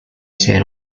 ser